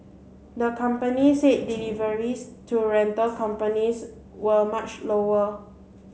the company said deliveries to rental companies were much lower